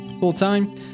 full-time